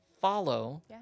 follow